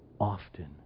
often